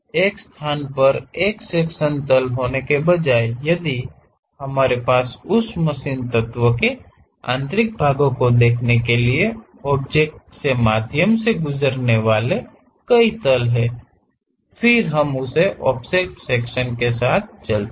एक स्थान पर एक सेक्शनल तल होने के बजाय यदि हमारे पास उस मशीन तत्व के आंतरिक भागों को दिखने के लिए ऑब्जेक्ट के माध्यम से गुजरने वाले कई तल हैं फिर हम इस ऑफसेट सेक्शन के साथ चलते हैं